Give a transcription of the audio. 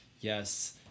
Yes